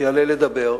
שיעלה לדבר,